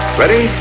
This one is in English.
ready